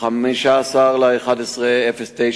15 בנובמבר 2009,